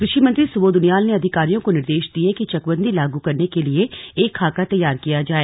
कृषि मंत्री सुबोध उनियाल ने अधिकारियों को निर्देश दिये कि चकबंदी लागू करने के लिए एक खाका तैयार किया जाए